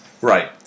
Right